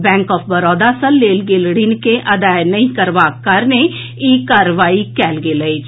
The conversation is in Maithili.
बैंक ऑफ बड़ौदा से लेल गेल ऋण के अदाए नहि करबाक कारणे ई कार्रवाई कएल गेल अछि